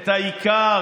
את העיקר,